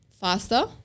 faster